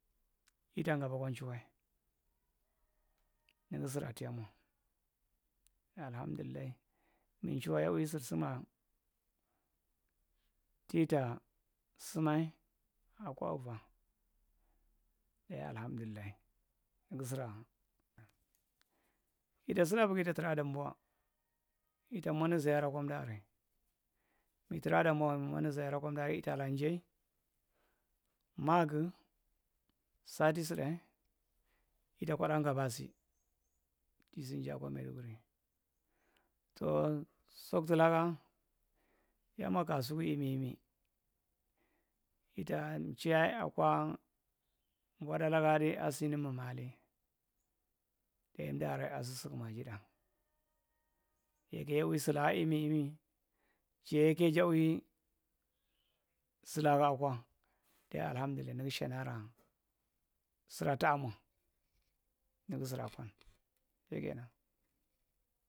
Itan gabaa kwan chugwae nigi surraa tiya mwa alahamdullai mi chuhwae yawi sir- sim- ra tita simmae akwa uva dayi alahamdullai nigi sirra. Itta sidia vigi itta traa dambuwa itta mwadni ziyaara akwamdu arrae mitraa dambuwa mimwadni ziyaara kwamdu arrae ittaa laa- njae maagu, ssaati suɗɗa itta kwaddaa ngabbaa si kisin jaakwa maduguri. Too soctu lakka yammwa kasuku imi- imi ittan chae akwa vwadtda lakkaa’adi a sini mimmaa lae deyi emdu arrae aa’su sukumaa’jictda yekkae yawi sulaaka imi imii jayae kae ja wie sulakaa’kwa deyi alahamdullai nigi shanyaraa sira ta’amwa nigi siraa’kwari shikkena.